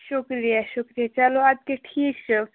شُکریہِ شُکریہِ چلو اَدٕ کیٛاہ ٹھیٖک چھُ